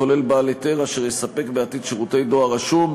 כולל בעל היתר אשר יספק בעתיד שירות דואר רשום,